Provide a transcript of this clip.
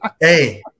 Hey